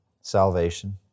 salvation